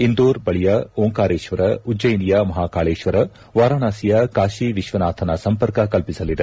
ಇಂದೋರ್ ಬಳಿಯ ಓಂಕಾರೇಶ್ವರ ಉಜ್ಜಯಿನಿಯ ಮಹಾಕಾಳೇಶ್ವರ ವಾರಾಣಸಿಯ ಕಾಶಿ ವಿಶ್ವನಾಥನ ಸಂಪರ್ಕ ಕಲ್ಪಿಸಲಿದೆ